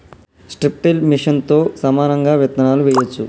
strip till మెషిన్తో సమానంగా విత్తులు వేయొచ్చు